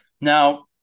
Now